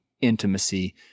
intimacy